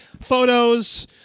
photos